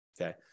okay